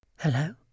hello